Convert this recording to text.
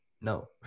No